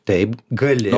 taip gali